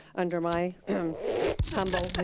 under my humble,